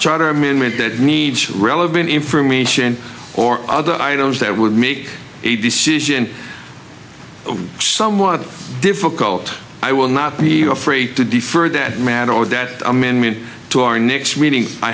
charter amendment that needs relevant information or other items that would make a decision somewhat difficult i will not be afraid to defer that matter or that amendment to our next meeting i